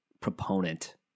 proponent